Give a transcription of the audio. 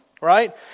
Right